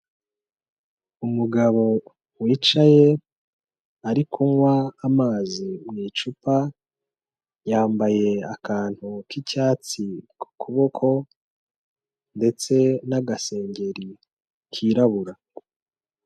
Umugabo wicaye ari kunywa amazi mu icupa, yambaye akantu k'icyatsi ku kuboko ndetse n'agasengeri kirabura.